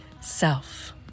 self